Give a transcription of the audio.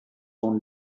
own